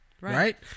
right